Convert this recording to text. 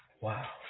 Wow